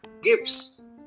gifts